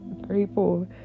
grateful